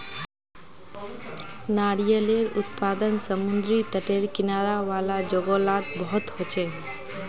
नारियालेर उत्पादन समुद्री तटेर किनारा वाला जोगो लात बहुत होचे